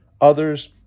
Others